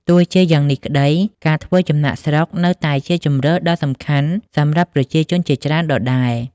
ទោះជាយ៉ាងនេះក្ដី ការធ្វើចំណាកស្រុកនៅតែជាជម្រើសដ៏សំខាន់សម្រាប់ប្រជាជនជាច្រើនដដែល។